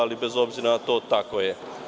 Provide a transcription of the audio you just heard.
Ali, bez obzira na to tako je.